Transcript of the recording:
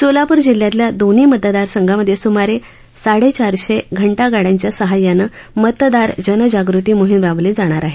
सोलापूर जिल्ह्यातल्या दोन्ही मतदारसंघांमधे सुमारे साडे चारशे घंती गाड्यांच्या सहाय्यानं मतदार जनजागृती मोहीम राबवली जाणार आहे